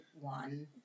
one